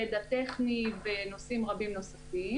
ידע טכני ונושאים נוספים רבים,